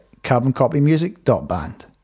carboncopymusic.band